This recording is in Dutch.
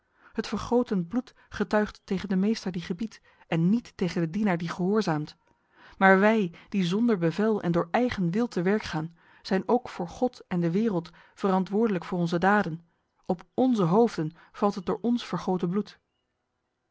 het vergoten bloed getuigt tegen de meester die gebiedt en niet tegen de dienaar die gehoorzaamt maar wij die zonder bevel en door eigen wil te werk gaan zijn ook voor god en de wereld verantwoordelijk voor onze daden op onze hoofden valt het door ons vergoten bloed